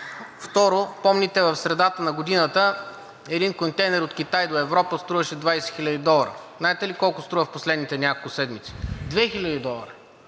Второ, помните, в средата на годината един контейнер от Китай до Европа струваше 20 хил. долара. Знаете ли колко струва в последните няколко седмици? 2 хил. долара.